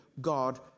God